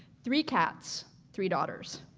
three cats, three daughters.